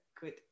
Good